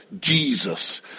Jesus